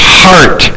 heart